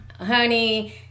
honey